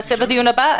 נעשה בדיון הבא.